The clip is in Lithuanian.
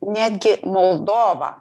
netgi moldova